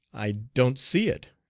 i don't see it,